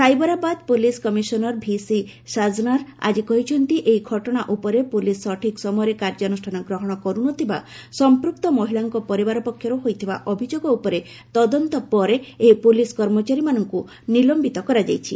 Cyberabad police commissioner VC Sajjanar ଆଜି କହିଛନ୍ତି ଏହି ଘଟଣା ଉପରେ ପୋଲିସ ସଠିକ୍ ସମୟରେ କାର୍ଯ୍ୟାନୁଷ୍ଠାନ ଗ୍ରହଣ କରୁ ନ ଥିବାର ସମ୍ପୃକ୍ତ ମହିଳାଙ୍କ ପରିବାର ପକ୍ଷରୁ ହୋଇଥିବା ଅଭିଯୋଗ ଉପରେ ତଦନ୍ତ ପରେ ଏହି ପୋଲିସ କର୍ମଚାରୀମାନଙ୍କୁ ନିଲମ୍ବିତ କରାଯାଇଛି